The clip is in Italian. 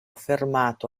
fermato